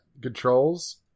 controls